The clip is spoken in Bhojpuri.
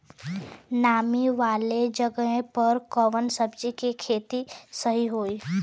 नामी वाले जगह पे कवन सब्जी के खेती सही होई?